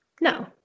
no